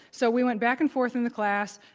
so we went back and forth in the class,